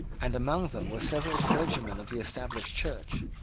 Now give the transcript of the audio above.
and among them were several clergymen of the established church.